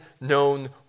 known